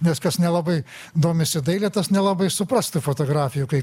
nes kas nelabai domisi daile tas nelabai supras tų fotografijų kai